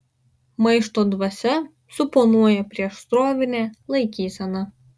maišto dvasia suponuoja priešsrovinę laikyseną